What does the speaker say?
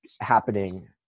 happening